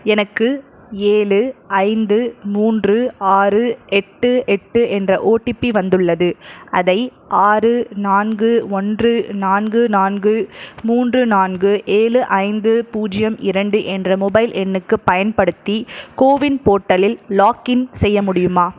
எனக்கு ஏழு ஐந்து மூன்று ஆறு எட்டு எட்டு என்ற ஓடிபி வந்துள்ளது அதை ஆறு நான்கு ஒன்று நான்கு நான்கு மூன்று நான்கு ஏழு ஐந்து பூஜ்ஜியம் இரண்டு என்ற மொபைல் எண்ணுக்குப் பயன்படுத்தி கோவின் போர்ட்டலில் லாகின் செய்ய முடியுமா